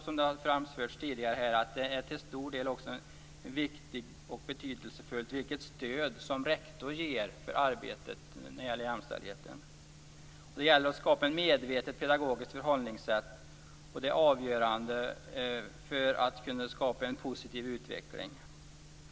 Men det är också viktigt och betydelsefullt vilket stöd som rektorn ger för arbetet när det gäller jämställdheten. Det gäller att skapa ett medvetet pedagogiskt förhållningssätt. Det är avgörande för att kunna skapa en positiv utveckling.